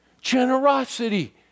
generosity